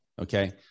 okay